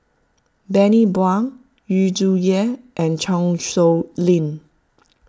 Bani Buang Yu Zhuye and Chan Sow Lin